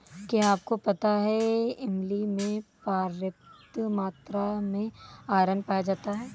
क्या आपको पता है इमली में पर्याप्त मात्रा में आयरन पाया जाता है?